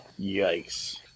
yikes